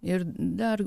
ir dar